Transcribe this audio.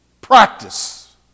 practice